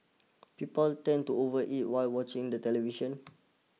people tend to overeat while watching the television